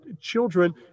children